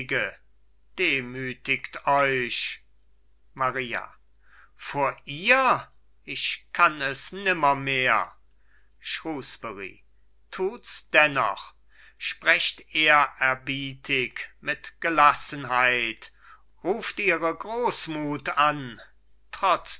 demütigt euch maria vor ich kann es nimmermehr shrewsbury tut's dennoch sprecht ehrerbietig mit gelassenheit ruft ihre großmut an